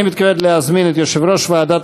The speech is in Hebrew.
אני מתכבד להזמין את יושב-ראש ועדת